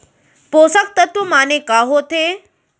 पोसक तत्व माने का होथे?